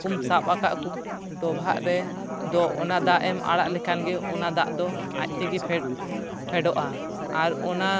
ᱦᱟᱹᱠᱩᱢ ᱥᱟᱵ ᱟᱠᱟᱫ ᱠᱩ ᱰᱚᱵᱷᱟᱜ ᱨᱮ ᱫᱚ ᱚᱱᱟ ᱫᱟᱜ ᱮᱢ ᱟᱲᱟᱜ ᱞᱮᱠᱷᱟᱱ ᱜᱮ ᱚᱱᱟ ᱫᱟᱜ ᱫᱚ ᱟᱡ ᱛᱮᱜᱮ ᱯᱷᱮᱰ ᱯᱷᱮᱰᱚᱜᱼᱟ ᱟᱨ ᱚᱱᱟ